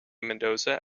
mendoza